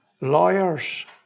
lawyers